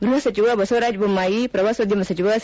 ಗೃಹ ಸಚಿವ ಬಸವರಾಜ ಬೊಮ್ಮಾಯಿ ಪ್ರವಾಸೋದ್ಮಮ ಸಚಿವ ಸಿ